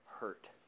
hurt